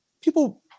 people